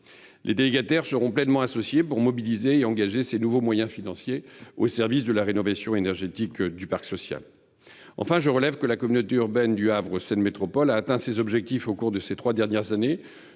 Les délégataires seront pleinement associés pour mobiliser et engager ces nouveaux moyens financiers au service de la rénovation énergétique du parc social. Je relève que la communauté urbaine Le Havre Seine Métropole a atteint ses objectifs au cours des trois dernières années,